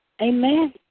Amen